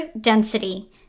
density